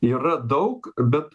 yra daug bet